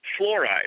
fluoride